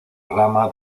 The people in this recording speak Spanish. rama